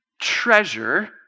treasure